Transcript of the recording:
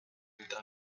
later